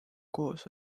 koos